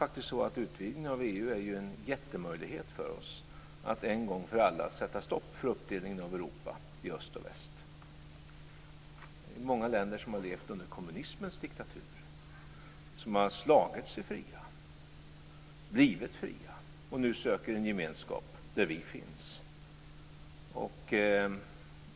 Utvidgningen av EU är en jättestor möjlighet för oss att en gång för alla sätta stopp för uppdelningen av Europa i öst och väst. Det är många länder som har levt under kommunismens diktatur som har slagit sig fria, blivit fria och nu söker en gemenskap där vi finns.